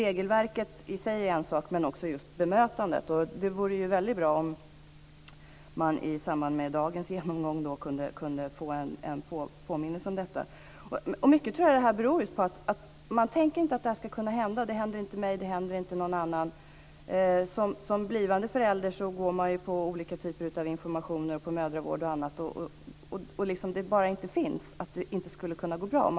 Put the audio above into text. Regelverket i sig är en sak, men det gäller också just bemötandet. Det vore väldigt bra om man i samband med dagens genomgång kunde få en påminnelse om detta. Mycket av det här tror jag beror just på att man inte tänker att det här ska kunna hända: Det händer inte mig och det händer inte någon annan. Som blivande förälder går man ju på olika typer av information, mödravård och annat. Det bara finns inte att det inte skulle gå bra.